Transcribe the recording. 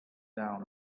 down